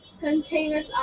containers